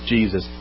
Jesus